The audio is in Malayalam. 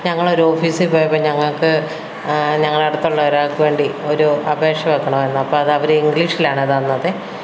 ഞങ്ങൾ ഒരു ഓഫീസിൽ പോയപ്പോ ഞങ്ങൾക്ക് ഞങ്ങളെ അടുത്തുള്ള ഒരാൾക്ക് വേണ്ടി ഒരു അപേക്ഷ വയ്ക്കണആയിരുന്നു അപ്പോൾ അത് അവർ ഇംഗ്ലീഷിലാണ് തന്നത്